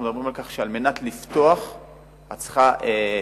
מדברים על כך שעל מנת לפתוח את צריכה לתת